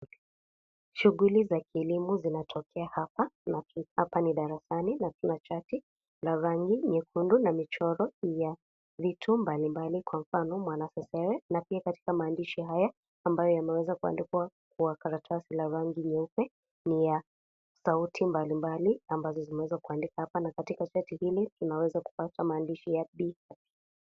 Shughuli za kielimu zinatokea hapa na hapa ni ni darasani na kuna chati la rangi nyekundu na mchoro ya vitu mbalimbali kwa mfano mwanasesewe kama vile maandishi hata ambayo yameandijwa kwa karatasi la rangi nyeupe, ni ya sauti mbalimbali ambazo zimeweza kuandikwa hapa na katika cheti hizi tunaeza kupata maandishi ya 'p'.